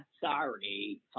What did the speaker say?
sorry